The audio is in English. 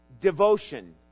devotion